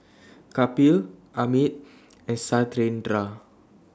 Kapil Amit and Satyendra